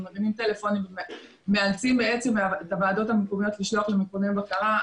ומרימים טלפונים ומאלצים את הוועדות המקומיות לשלוח למכוני בקרה.